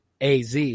AZ